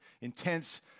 intense